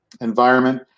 environment